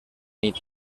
nit